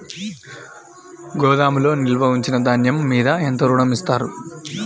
గోదాములో నిల్వ ఉంచిన ధాన్యము మీద ఎంత ఋణం ఇస్తారు?